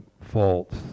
faults